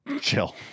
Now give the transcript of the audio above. Chill